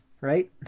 right